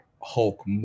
hulk